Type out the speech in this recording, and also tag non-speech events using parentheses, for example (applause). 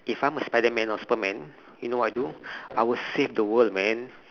if I'm a spiderman or superman you know what I do (breath) I would save the world man